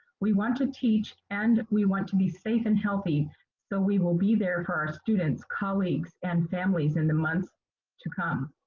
we want to teach and we want to be safe and healthy so we will be there for our students, colleagues, and families in the months to come.